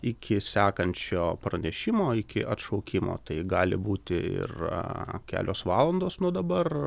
iki sekančio pranešimo iki atšaukimo tai gali būti ir kelios valandos nuo dabar